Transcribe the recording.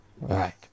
Right